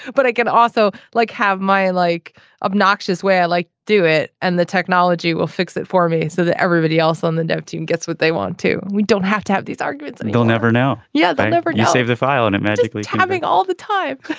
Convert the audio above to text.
but i can also like have my like obnoxious where i like do it and the technology will fix it for me so that everybody else on the dev team gets what they want to we don't have to have these arguments and we'll never know. yeah. i never knew save the file and it magically having all the time